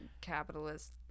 capitalist